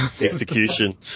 Execution